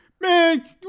man